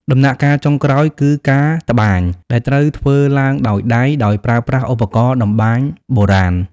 ដំណាក់កាលចុងក្រោយគឺ ការត្បាញ ដែលត្រូវធ្វើឡើងដោយដៃ ដោយប្រើប្រាស់ឧបករណ៍តម្បាញបុរាណ។